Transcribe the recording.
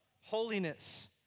holiness